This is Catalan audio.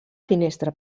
finestra